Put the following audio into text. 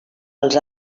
els